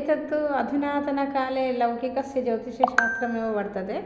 एतत्तु अधुनातनकाले लौकिकस्य ज्योतिषं शास्त्रमेव वर्तते